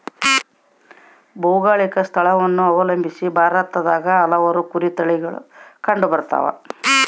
ಭೌಗೋಳಿಕ ಸ್ಥಳವನ್ನು ಅವಲಂಬಿಸಿ ಭಾರತದಾಗ ಹಲವಾರು ಕುರಿ ತಳಿಗಳು ಕಂಡುಬರ್ತವ